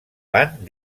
van